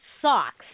socks